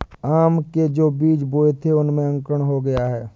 आम के जो बीज बोए थे उनमें अंकुरण हो गया है